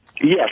Yes